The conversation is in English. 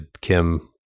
Kim